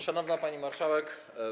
Szanowna Pani Marszałek!